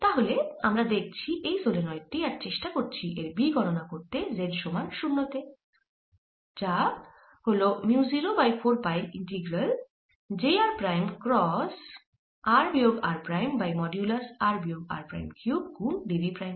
তাহলে আমরা দেখছি এই সলেনয়েড টি আর চেষ্টা করছি এর B গণনা করতে z সমান 0 তে যার হল mu 0 by 4 pi integral integral j r prime cross r বিয়োগ r prime by modulus r বিয়োগ r প্রাইম কিউব গুন dv প্রাইম